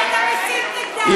אתה מסית נגדם, חצוף.